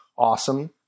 awesome